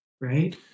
right